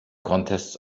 contests